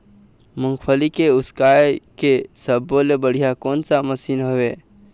मूंगफली के उसकाय के सब्बो ले बढ़िया कोन सा मशीन हेवय?